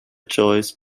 choice